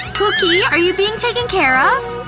pookie, are you being taken care of?